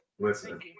Listen